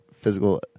physical